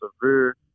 severe